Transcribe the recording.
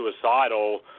suicidal